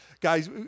guys